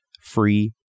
free